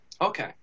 Okay